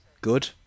good